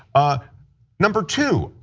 ah number two,